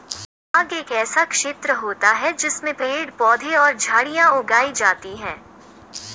बाग एक ऐसा क्षेत्र होता है जिसमें पेड़ पौधे और झाड़ियां उगाई जाती हैं